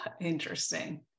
Interesting